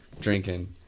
drinking